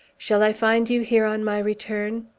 shall i find you here, on my return?